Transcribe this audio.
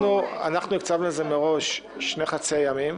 הקצבנו לזה שני חצי ימים,